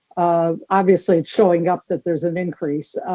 obviously, it's showing up that there's an increase.